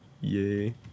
yay